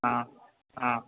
ಹಾಂ ಹಾಂ